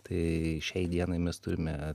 tai šiai dienai mes turime